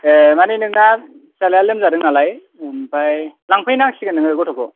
ए मानि नोंना फिसालाया लोमजादों नालाय ओमफाय लांफै नांसिगोन नोङो गथ'खौ